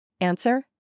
answer